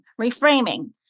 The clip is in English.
reframing